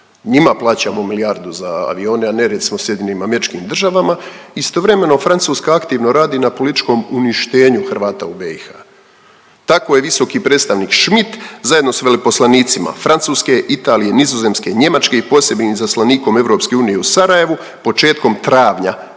njima plaćamo milijardu za avione, a nered smo s SAD-om, istovremeno Francuska aktivno radi na političkom uništenju Hrvata u BiH. Tako je visoki predstavnik Schmidt zajedno s veleposlanicima Francuske, Italije, Nizozemske i Njemačke i posebnim izaslanikom EU u Sarajevu početkom travnja